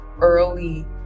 early